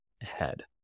head